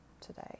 today